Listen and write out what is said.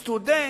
מי סטודנט,